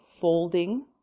folding